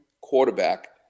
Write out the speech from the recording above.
quarterback